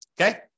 Okay